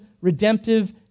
redemptive